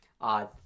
odd